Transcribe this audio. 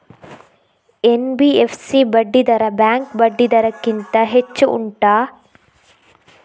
NBFC ಬಡ್ಡಿ ದರ bank ಬಡ್ಡಿ ದರ ಗಿಂತ ಹೆಚ್ಚು ಉಂಟಾ